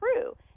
true